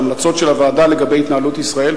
ההמלצות של הוועדה לגבי התנהלות ישראל,